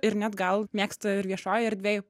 ir net gal mėgsta ir viešojoj erdvėj